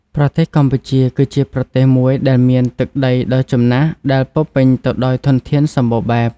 ប្រទេសកម្ពុជា គឺជាប្រទេសមួយដែលមានទឹកដីដ៏ចំណាស់ដែលពោលពេញទៅដោយធនធានសម្បូរបែប។